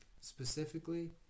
Specifically